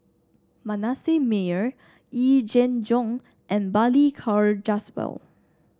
Manasseh Meyer Yee Jenn Jong and Balli Kaur Jaswal